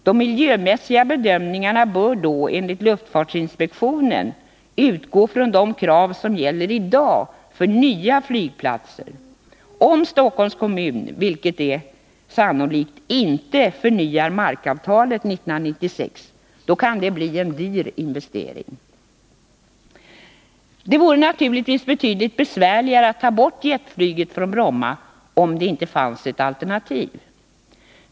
De miljömässiga bedömningarna bör då enligt luftfartsinspektionens uttalande utgå från de krav som gäller i dag för nya flygplatser. Om Stockholms kommun, vilket är sannolikt, inte förnyar markavtalet 1996 kan det bli en dyr investering. Det vore naturligtvis betydligt besvärligare att ta bort jetflyget från Bromma om det inte fanns ett alternativ.